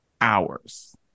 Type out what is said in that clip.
Hours